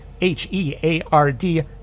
H-E-A-R-D